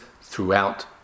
throughout